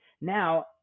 now